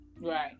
Right